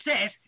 says